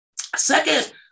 Second